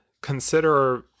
consider